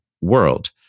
world